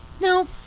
No